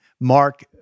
Mark